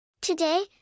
Today